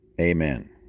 Amen